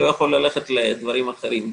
לא יכול ללכת לדברים אחרים.